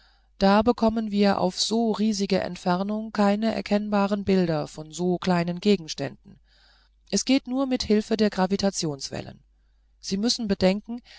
da bekommen wir auf so riesige entfernungen keine erkennbaren bilder von so kleinen gegenständen das geht nur mit hilfe der gravitationswellen sie müssen bedenken